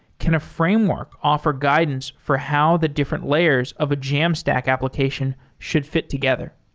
can a framework offer guidance for how the different layers of a jamstack application should fit together?